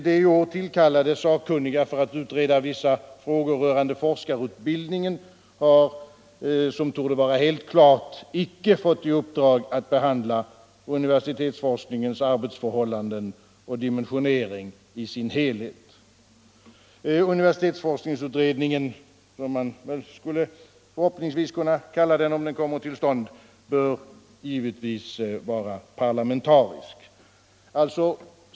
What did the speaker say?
De i år tillkallade sakkunniga för att utreda vissa frågor rörande forskarutbildningen har — det torde vara helt klart — icke fått i uppdrag att behandla universitetsforskningens arbetsförhållanden och dimensionering i dess helhet. Universitetsforskningsutredningen, som man förhoppningsvis skulle kunna kalla den om den kommer till stånd, bör givetvis vara parlamentarisk.